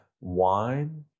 wine